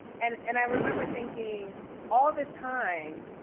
and and i remember thinking all this time,